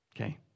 okay